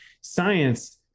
science